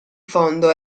fondo